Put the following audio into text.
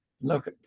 Look